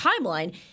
timeline